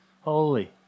holy